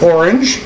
Orange